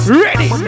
ready